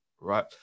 Right